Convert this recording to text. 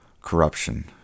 corruption